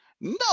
No